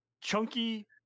chunky